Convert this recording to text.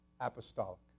apostolic